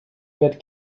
wird